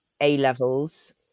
A-levels